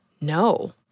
no